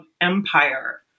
empire